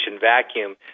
vacuum